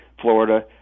Florida